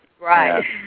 Right